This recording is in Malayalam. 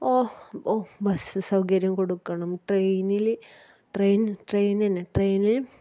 ബസ്സ് സൗകര്യം കൊടുക്കണം ട്രെയിനില് ട്രെയിൻ ട്രെയിൻ ട്രെയിനില്